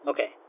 Okay